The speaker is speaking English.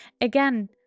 again